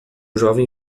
jovem